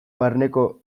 barneko